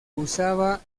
usaba